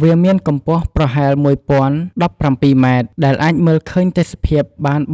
វាមានកំពស់ប្រហែល១០១៧ម៉ែត្រ ដែលអាចមើលឃើញទេសភាពបាន ៣៦